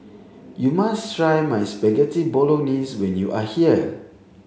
you must try my Spaghetti Bolognese when you are here